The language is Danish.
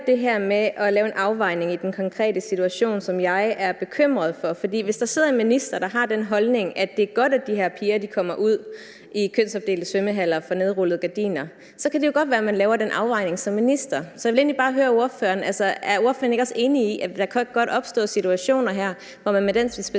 det er godt, at de her piger kommer ud i kønsopdelte svømmehaller for nedrullede gardiner, så kan det jo godt være, man laver den afvejning som minister. Så jeg vil egentlig bare høre ordføreren: Er ordføreren ikke også enig i, at der godt kan opstå situationer her, hvor man med den dispensation